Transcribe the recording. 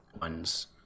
ones